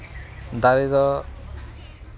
ᱫᱟᱨᱮ ᱫᱚ